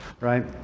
right